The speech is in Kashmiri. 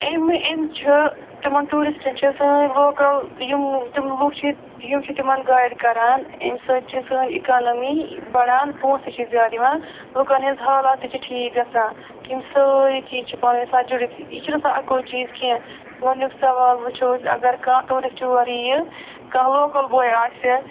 امہِ أمۍ چھِ تِمن ٹوٗرسٹن چھِ سٲنۍ لوکل یِم تِم لُکھ چھِ یِم چھِ تِمن گایڈ کَران اَمہِ سٕتۍ چھِ سٲنۍ اِکانمی بڑان پونٛسہٕ چھِ زیادٕ یِوان لُکَن ہِنٛزۍ حالات تہِ چھِ ٹھیٖک گَژھان یِم سٲری چیٖز چھِ پانوٲنۍ آسان جُڑِتھ یہِ چھُنہٕ آسان اکوے چیٖز کیٚنٛہہ گۄڈنیُک سوال وٕچھو أسۍ اگر کانٛہہ ٹوٗرسٹ یور یِیہِ کانٛہہ لوکل بوے آسہِ